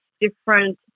different